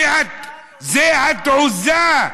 זו התעוזה,